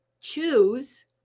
choose